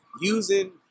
Using